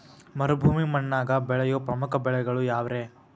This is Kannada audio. ಮರುಭೂಮಿ ಮಣ್ಣಾಗ ಬೆಳೆಯೋ ಪ್ರಮುಖ ಬೆಳೆಗಳು ಯಾವ್ರೇ?